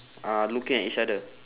uh looking at each other